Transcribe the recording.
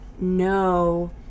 No